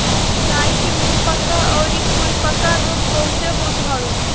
गाई के मुंहपका अउरी खुरपका रोग बहुते होते हवे